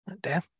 Dan